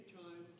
time